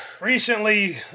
recently